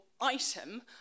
item